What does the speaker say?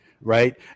right